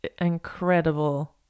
incredible